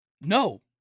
No